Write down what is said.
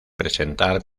presentar